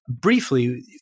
briefly